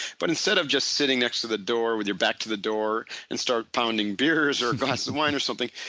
but instead of just sitting next to the door with your back to the door and start pounding beers or glass of wine or something,